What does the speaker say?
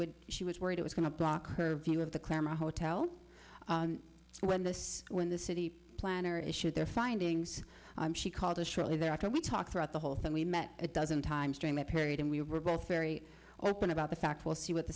would she was worried it was going to block her view of the camera hotel when this when the city planner issued their findings she called us shortly thereafter we talked throughout the whole thing we met a dozen times during that period and we were both very open about the fact we'll see what the